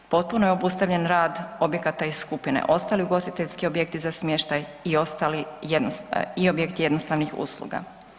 Potpuno je obustavljen rad objekata iz skupine „Ostali ugostiteljski objekti za smještaj i objekti jednostavnih usluga“